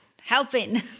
helping